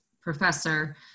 professor